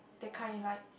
that kind like